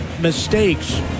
mistakes